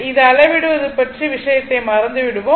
இந்த அளவிடுவது பற்றிய விஷயத்தை மறந்து விடுவோம்